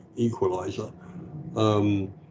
equaliser